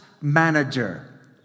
manager